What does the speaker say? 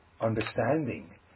understanding